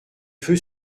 feu